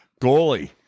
Goalie